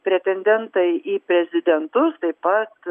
pretendentai į prezidentus taip pat